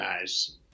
guys